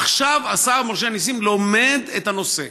עכשיו השר משה נסים לומד את הנושא.